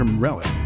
Relic